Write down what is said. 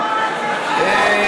ביי-ביי.